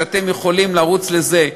שאתם יכולים לרוץ לזה.